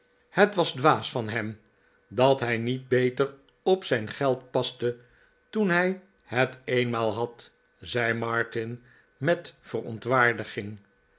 het was dwaas van hem dat hij niet beter op zijn geld paste toen hij het eenmaal had zei martin met verontwaardiging